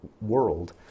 world